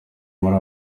muri